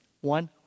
One